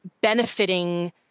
benefiting